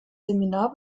seminar